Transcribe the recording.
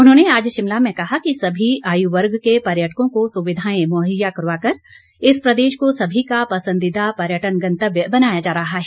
उन्होंने आज शिमला में कहा कि सभी आयुवर्ग के पर्यटकों को सुविधाएं मुहैया करवाकर इस प्रदेश को सभी का पसंदीदा पर्यटन गंतव्य बनाया जा रहा है